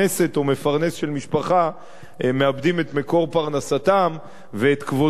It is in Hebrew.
או מפרנס של משפחה מאבדים את מקור פרנסתם ואת כבודם?